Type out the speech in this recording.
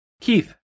Keith